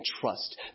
trust